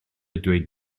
dweud